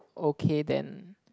okay then